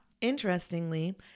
Interestingly